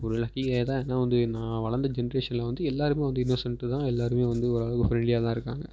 நான் ஒரு லக்கி காயாக தான் நான் வந்து நான் வளர்ந்த ஜென்ரேஸனில் வந்து எல்லாருமே வந்து இன்னசன்ட்டு தான் எல்லாருமே வந்து ஓரளவுக்கு ஃப்ரெண்ட்லியாக தான் இருக்காங்க